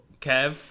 Kev